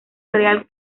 real